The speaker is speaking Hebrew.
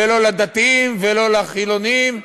ולא לדתיים ולא לחילונים,